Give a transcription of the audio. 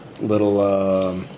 little